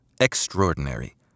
Extraordinary